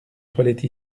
toilette